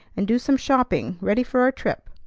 and do some shopping ready for our trip.